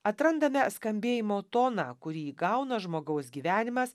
atrandame skambėjimo toną kurį įgauna žmogaus gyvenimas